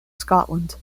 scotland